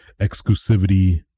exclusivity